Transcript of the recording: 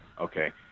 Okay